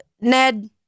Ned